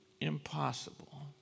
impossible